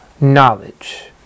knowledge